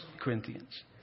Corinthians